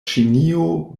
ĉinio